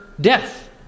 death